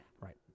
Right